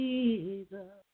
Jesus